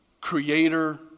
creator